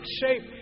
shape